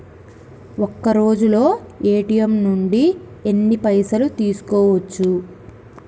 ఒక్కరోజులో ఏ.టి.ఎమ్ నుంచి ఎన్ని పైసలు తీసుకోవచ్చు?